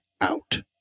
out